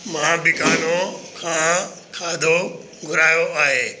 मां बिकानो खां खाधो घुरायो आहे